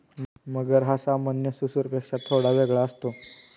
मगर हा सामान्य सुसरपेक्षा थोडा वेगळा असतो